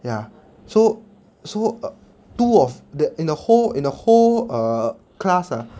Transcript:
ya so so uh two of the~ in the whole in the whole err class ah